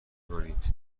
کنید